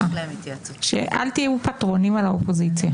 אל תהיו פטרונים על האופוזיציה.